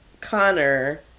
Connor